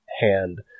hand